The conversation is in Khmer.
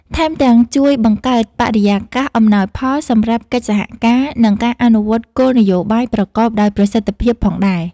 ថែមទាំងជួយបង្កើតបរិយាកាសអំណោយផលសម្រាប់កិច្ចសហការ និងការអនុវត្តគោលនយោបាយប្រកបដោយប្រសិទ្ធភាពផងដែរ។